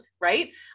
right